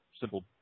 simple